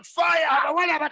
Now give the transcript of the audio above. fire